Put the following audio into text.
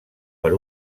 per